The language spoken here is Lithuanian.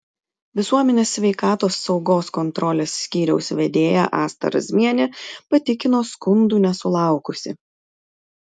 visuomenės sveikatos saugos kontrolės skyriaus vedėja asta razmienė patikino skundų nesulaukusi